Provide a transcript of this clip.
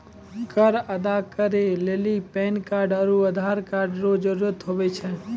कर अदा करै लेली पैन कार्ड आरू आधार कार्ड रो जरूत हुवै छै